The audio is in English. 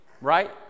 Right